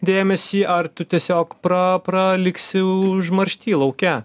dėmesį ar tu tiesiog pra pra liksi užmaršty lauke